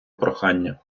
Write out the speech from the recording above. прохання